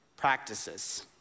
Practices